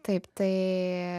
taip tai